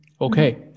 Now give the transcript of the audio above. Okay